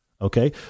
Okay